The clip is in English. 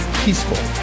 peaceful